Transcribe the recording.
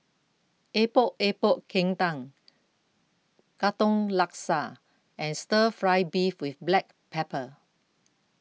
Epok Epok Kentang Katong Laksa and Stir Fry Beef with Black Pepper